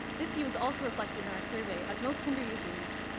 this view was also reflected in our survey, as most tinder users,